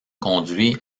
conduit